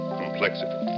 complexity